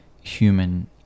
human